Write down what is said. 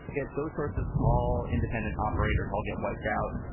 if those sorts of small independent operators all get wiped out,